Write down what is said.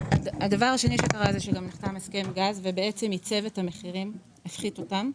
ייצב את המחירים והפחית אותם.